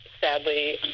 sadly